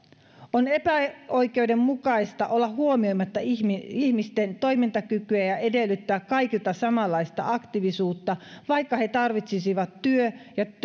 on epäoikeudenmukaista olla huomioimatta ihmisten ihmisten toimintakykyä ja edellyttää kaikilta samanlaista aktiivisuutta vaikka he tarvitsisivat työ ja